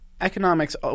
Economics